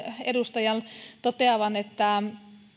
edustajan toteavan että